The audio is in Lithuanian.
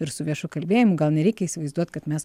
ir su viešu kalbėjimu gal nereikia įsivaizduot kad mes